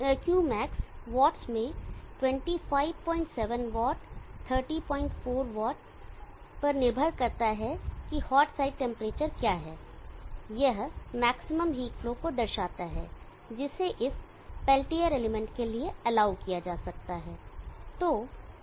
Qmax watts में 257 watt 304 watt पर निर्भर करता है की हॉट साइड टेंपरेचर क्या है यह मैक्सिमम हीट फ्लो को दर्शाता है जिसे इस पेल्टियर एलिमेंट के लिए एलाऊ किया जा सकता है